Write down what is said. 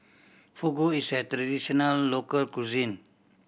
fugu is a traditional local cuisine